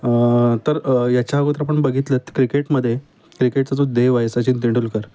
तर तर याच्या अगोदर आपण बघितलं क्रिकेटमदे क्रिकेटचा जो देव आहे सचिन तेंडुलकर